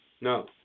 No